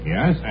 Yes